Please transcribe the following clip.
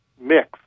mix